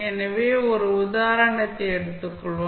எனவே ஒரு உதாரணத்தை எடுத்துக்கொள்வோம்